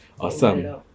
awesome